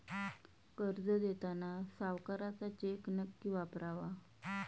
कर्ज देताना सावकाराचा चेक नक्की वापरावा